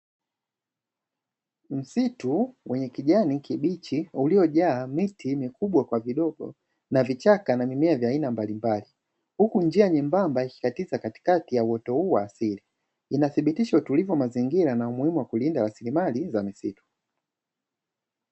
Msitu wenye kijani kibichi uliojaa miti mikubwa kwa vidogo na vichaka na mimea vya aina mbalimbali huku njia nyembamba ikikatiza katikati ya uoto huu wa asili, inathibitishwa utulivu wa mazingira na umuhimu wa kulinda rasilimali za misitu.